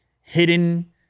hidden